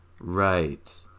right